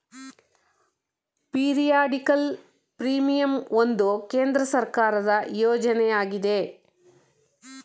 periodical premium ಒಂದು ಕೇಂದ್ರ ಸರ್ಕಾರದ ಯೋಜನೆ ಆಗಿದೆ